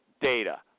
Data